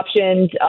options